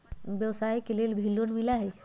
व्यवसाय के लेल भी लोन मिलहई?